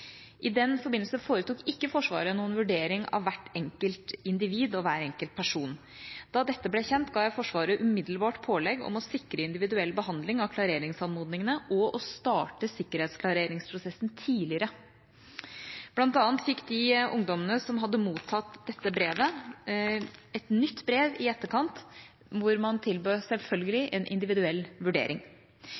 I den forbindelse foretok Forsvaret ikke noen vurdering av hvert enkelt individ og hver enkelt person. Da dette ble kjent, ga jeg Forsvaret umiddelbart pålegg om å sikre individuell behandling av klareringsanmodningene og å starte sikkerhetsklareringsprosessen tidligere. Blant annet fikk de ungdommene som hadde mottatt dette brevet, et nytt brev i etterkant, hvor man tilbød, selvfølgelig, en individuell vurdering.